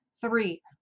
Three